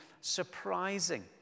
surprising